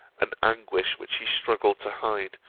an anguish, which she struggled to hide,